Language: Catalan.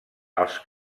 els